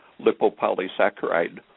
lipopolysaccharide